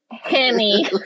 Henny